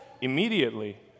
Immediately